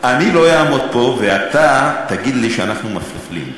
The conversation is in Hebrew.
אני לא אעמוד פה ואתה תגיד לי שאנחנו מפלים.